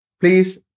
Please